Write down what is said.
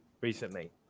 recently